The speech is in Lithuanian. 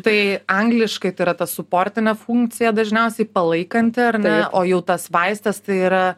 tai angliškai tai yra ta suportinė funkcija dažniausiai palaikanti ar ne o jau tas vaistas tai yra